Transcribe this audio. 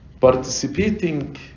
participating